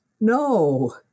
No